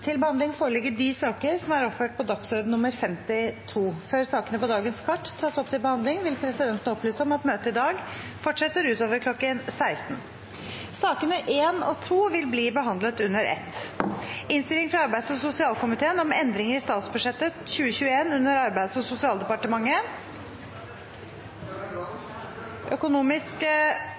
Før sakene på dagens kart tas opp til behandling, vil presidenten opplyse om at møtet i dag fortsetter utover kl. 16. Sakene nr. 1 og 2 vil bli behandlet under ett. Etter ønske fra arbeids- og sosialkomiteen vil presidenten ordne debatten slik: 5 minutter til hver partigruppe og